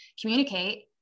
communicate